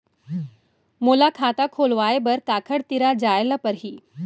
मोला खाता खोलवाय बर काखर तिरा जाय ल परही?